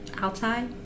outside